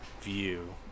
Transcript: view